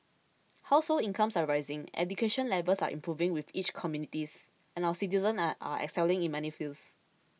household incomes are rising education levels are improving within each communities and our citizens are excelling in many fields